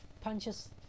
punches